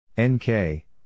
Nk